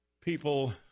People